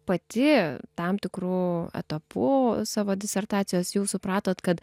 pati tam tikru etapu savo disertacijos jau supratot kad